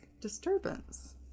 disturbance